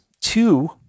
two